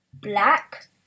black